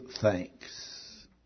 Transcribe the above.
thanks